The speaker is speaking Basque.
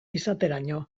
izateraino